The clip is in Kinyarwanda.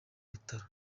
bitaro